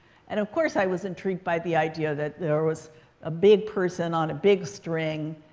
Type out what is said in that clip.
and of course, i was intrigued by the idea that there was a big person on a big string,